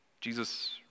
Jesus